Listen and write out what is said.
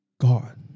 God